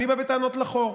אני בא בטענות לחור.